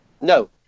no